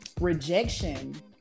Rejection